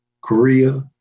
Korea